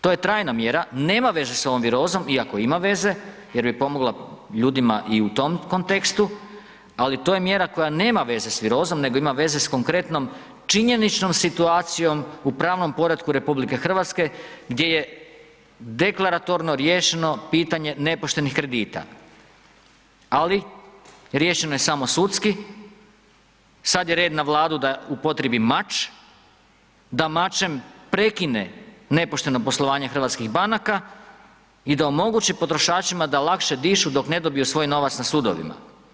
To je trajna mjera, nema veze s ovom virozom, iako ima veze, jer bi pomogla ljudima i u tom kontekstu, ali to je mjera koja nema veze s virozom nego veze s konkretnom činjeničnom situacijom u pravnom poretku RH gdje je deklaratorno riješeno pitanje nepoštenih kredita, ali riješeno je samo sudski, sad je red na Vladi da upotrijebi mač, da mačem prekine nepošteno poslovanje hrvatskih banaka i da omogući potrošačima da lakše dišu dok ne dobiju svoj novac na sudovima.